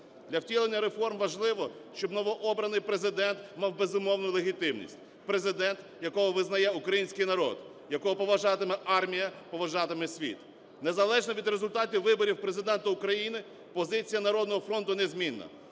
Для втілення реформ важливо, щоб новообраний Президент мав безумовну легітимність, Президент, якого визнає український народ, якого поважатиме армія, поважатиме світ. Незалежно від результатів виборів Президента України позиція "Народного фронту" незмінна: